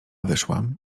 wyszłam